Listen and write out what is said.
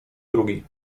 drugi